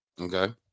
Okay